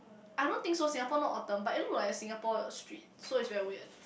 I don't think so Singapore no Autumn but it looks like a Singapore street so it's very weird